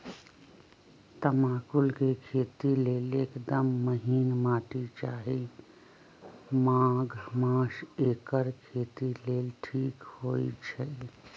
तमाकुल के खेती लेल एकदम महिन माटी चाहि माघ मास एकर खेती लेल ठीक होई छइ